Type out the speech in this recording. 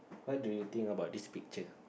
why do you think about this picture